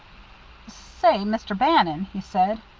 say, mr. bannon, he said,